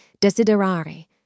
desiderare